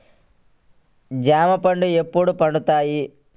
జామ పండ్లు ఎప్పుడు పండుతాయి?